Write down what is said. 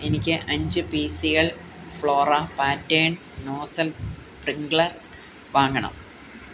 എനിക്ക് അഞ്ച് പീസികൾ ഫ്ലോറ പാറ്റേൺ നോസൽ സ്പ്രിംഗളർ വാങ്ങണം